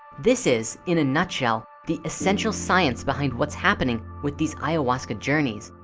this is in a nutshell the essential science behind what's happening with these ayahuasca journeys.